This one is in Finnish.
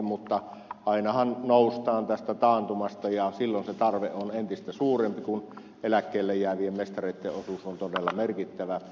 mutta ainahan noustaan tästä taantumasta ja silloin se tarve on entistä suurempi kun eläkkeelle jäävien mestareitten osuus on todella merkittävä